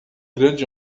grande